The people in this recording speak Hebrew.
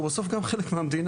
הוא בסוף גם חלק מהמדינה.